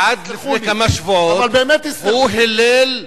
ועד לפני כמה שבועות הוא הילל,